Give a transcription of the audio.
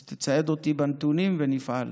אז תצייד אותי בנתונים ואני אפעל.